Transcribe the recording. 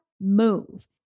move